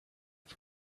for